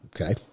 Okay